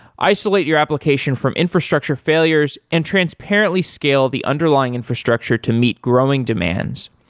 isolate your application from infrastructure failures and transparently scale the underlying infrastructure to meet growing demands,